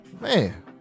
Man